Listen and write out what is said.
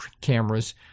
cameras